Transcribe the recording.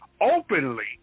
openly